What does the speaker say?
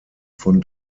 von